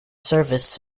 service